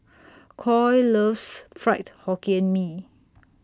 Coy loves Fried Hokkien Mee